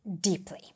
deeply